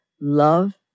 Love